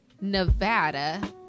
Nevada